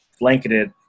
blanketed